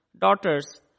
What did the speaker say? daughters